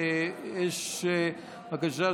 בבקשה,